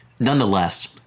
Nonetheless